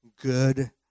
good